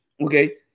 Okay